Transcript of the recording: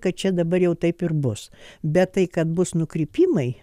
kad čia dabar jau taip ir bus bet tai kad bus nukrypimai